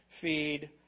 feed